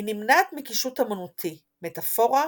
היא נמנעת מקישוט אמנותי, מטפורה,